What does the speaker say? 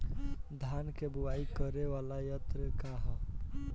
धान के बुवाई करे वाला यत्र का ह?